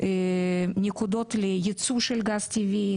נקודות לייצוא של גז טבעי.